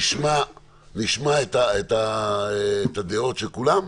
נשמע את הדעות של כולם,